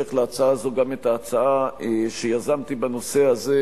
בהמשך להצעה הזו גם את ההצעה שיזמתי בנושא הזה,